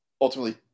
ultimately